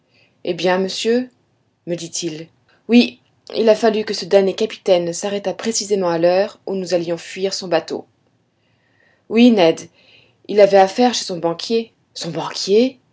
eh bien monsieur me dit-il oui il a fallu que ce damné capitaine s'arrêtât précisément à l'heure ou nous allions fuir son bateau oui ned il avait affaire chez son banquier son banquier